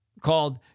called